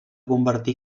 convertir